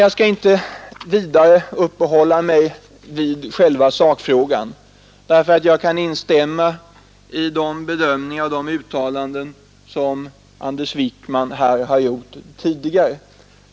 Jag skall inte vidare uppehålla mig vid själva sakfrågan, därför att jag kan instämma i de bedömningar och de uttalanden som Anders Wijkman här har gjort tidigare.